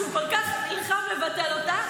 הוא כל כך נלחם לבטל אותה,